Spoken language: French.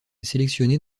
sélectionnés